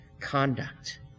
conduct